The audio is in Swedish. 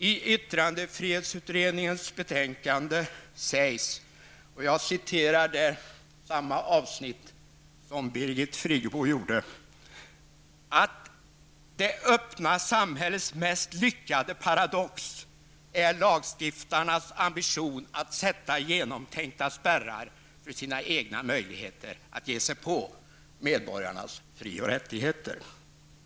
I yttrandefrihetsutredningens betänkande sägs -- jag återger samma avsnitt som Birgit Friggebo gjorde -- att det öppna samhällets mest lyckade paradox är lagstiftarnas ambition att sätta genomtänkta spärrar för sina egna möjligheter att ge sig på medborgarnas fri och rättigheter.